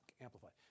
Amplified